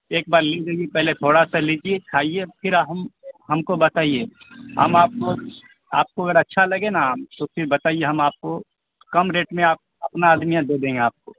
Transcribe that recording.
ایک بار پہلے تھوڑا سا لیجیے کھائیے پھر ہم ہم کو بتائیے ہم آپ کو آپ کو اگر اچھا لگے نا تو پھر بتائیے ہم آپ کو کم ریٹ میں آپ اپنا آدمی ہیں دے دیں گے آپ کو